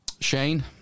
Shane